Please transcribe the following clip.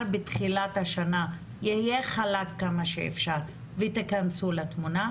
בתחילת השנה יהיה חלק כמה שאפשר ותיכנסו לתמונה?